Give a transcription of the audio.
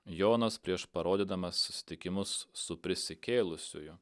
jonas prieš parodydamas susitikimus su prisikėlusiuoju